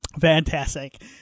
Fantastic